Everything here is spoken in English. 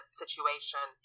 situation